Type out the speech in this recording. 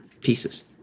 pieces